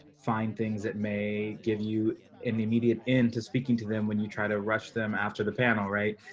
find things that may give you an immediate into speaking to them when you try to rush them after the panel right.